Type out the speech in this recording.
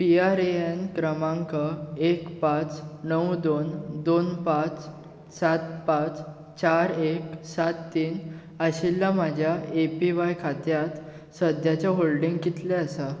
P R A N क्रमांक एक पाच णव दोन दोन पाच सात पाच चार एक सात तीन आशिल्ल्या म्हज्या ए पी व्हाय खात्यांत सद्याचें होल्डिंग कितलें आसा